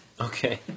Okay